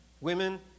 Women